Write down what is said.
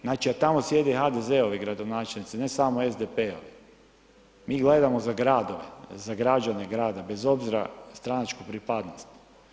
Znači a tamo sjede HDZ-ovi gradonačelnici, ne samo SDP-ovi, mi grledamo za gradove, za građane grada bez obzira na stranačku pripadnost.